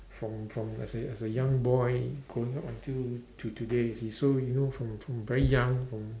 from from as a as a young boy growing up until to today you see so you know from from very young from